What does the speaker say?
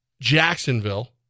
Jacksonville